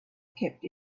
kept